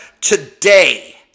today